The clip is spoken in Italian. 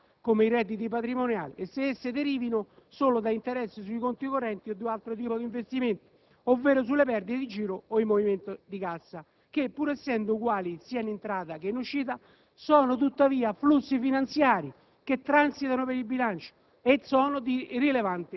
in particolare su quelle diverse dai trasferimenti dello Stato, come i redditi patrimoniali, e se essi derivino solo da interessi sui conti correnti o da altro tipo di investimenti, ovvero sulle partite di giro e i movimenti di cassa (che pur essendo uguali sia in entrata che in uscita sono tuttavia flussi finanziari